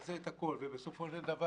נעשה את הכול ובסופו של דבר,